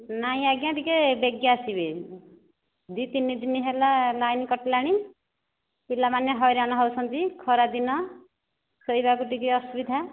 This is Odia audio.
ନାହିଁ ଆଜ୍ଞା ଟିକେ ବେଗି ଆସିବେ ଦୁଇ ତିନି ଦିନ ହେଲା ଲାଇନି କଟିଲାଣି ପିଲାମାନେ ହଇରାଣ ହେଉଛନ୍ତି ଖରାଦିନ ଶୋଇବାକୁ ଟିକିଏ ଅସୁବିଧା